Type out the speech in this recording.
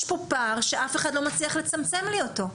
יש פה פער שאף אחד לא מצליח לצמצם אותו.